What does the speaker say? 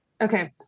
Okay